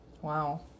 Wow